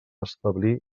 establir